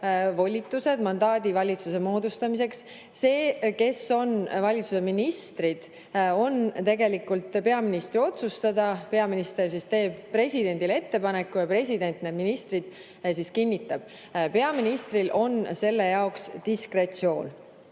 volitused, mandaadi valitsuse moodustamiseks. See, kes on valitsuse ministrid, on tegelikult peaministri otsustada. Peaminister teeb presidendile ettepaneku ja seejärel president need ministrid ka kinnitab. Peaministril on selle jaoks diskretsioon.